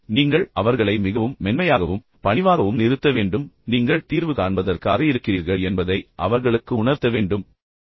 எனவே நீங்கள் அவர்களை மிகவும் மென்மையாகவும் பணிவாகவும் நிறுத்த வேண்டும் மேலும் நீங்கள் தீர்வு காண்பதற்காக இருக்கிறீர்கள் என்பதை அவர்களுக்கு உணர்த்த வேண்டும் பிரச்சினையை உருவாக்குவதற்காக அல்ல